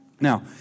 Now